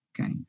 Okay